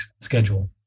schedule